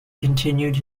continued